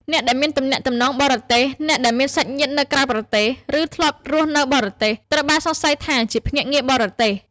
អ្នកដែលមានទំនាក់ទំនងបរទេស អ្នកដែលមានសាច់ញាតិនៅក្រៅប្រទេស ឬធ្លាប់រស់នៅបរទេស ត្រូវបានសង្ស័យថាជាភ្នាក់ងារបរទេស។